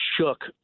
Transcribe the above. shook